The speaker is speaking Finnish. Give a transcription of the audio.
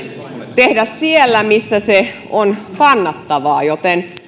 tehdä siellä missä se on kannattavaa joten